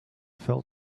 fell